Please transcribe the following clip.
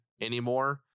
anymore